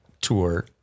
tour